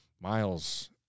Miles